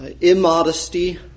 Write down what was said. immodesty